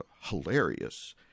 hilarious